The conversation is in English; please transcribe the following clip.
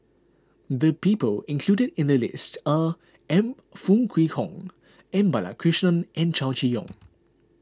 the people included in the list are M Foo Kwee Horng M Balakrishnan and Chow Chee Yong